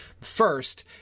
First